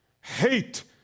hate